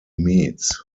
meets